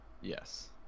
yes